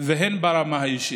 והן ברמה האישית.